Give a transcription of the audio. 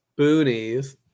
Boonies